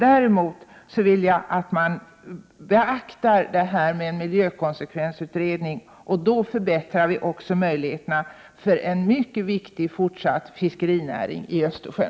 Däremot vill jag att man beaktar detta med en miljökonsekvensutredning. Då förbättrar vi också möjligheterna för en mycket viktig fortsatt fiskerinäring i Östersjön.